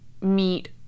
meet